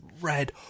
Red